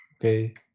Okay